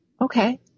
Okay